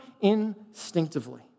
instinctively